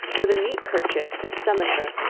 with a neat kerchief and stomacher,